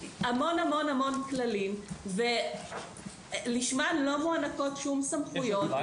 המון המון המון כללים ולשמם לא מוענקות שום סמכויות,